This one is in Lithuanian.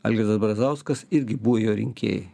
algirdas brazauskas irgi buvo jo rinkėjai